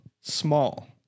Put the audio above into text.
small